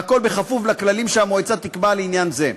והכול בכפוף לכללים שהמועצה תקבע לעניין זה.